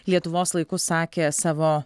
lietuvos laiku sakė savo